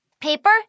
Paper